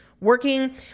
working